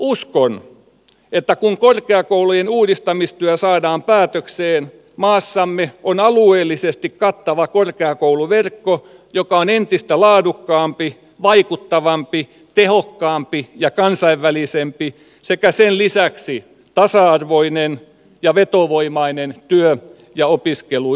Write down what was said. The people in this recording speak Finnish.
uskon että kun korkeakoulujen uudistamistyö saadaan päätökseen maassamme on alueellisesti kattava korkeakouluverkko joka on entistä laadukkaampi vaikuttavampi tehokkaampi ja kansainvälisempi sekä sen lisäksi tasa arvoinen ja vetovoimainen työ ja opiskeluyhteisö